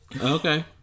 Okay